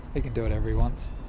he can do whatever he wants